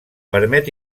permet